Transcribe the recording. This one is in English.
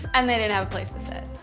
and didn't have a place to sit.